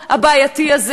כמו נורבגיה,